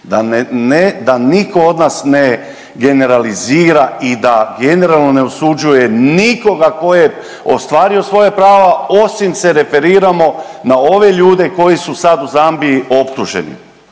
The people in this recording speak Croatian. da niko od nas ne generalizira i da generalno osuđuje nikoga ko je ostvario svoje pravo osim se referiramo na ove ljude koji su sad u Zambiji optuženi,